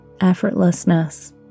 effortlessness